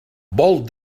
vol